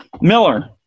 Miller